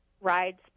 rides